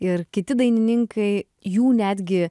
ir kiti dainininkai jų netgi